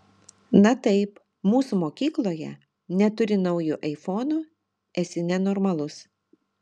na taip mūsų mokykloje neturi naujo aifono esi nenormalus